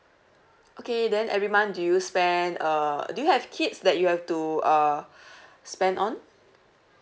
okay then every month do you spend uh do you have kids that you have to uh spend on